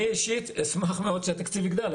אני אישית אשמח שהתקציב יגדל,